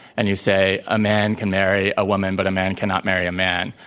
and you say, a man can marry a woman but a man cannot marry a man,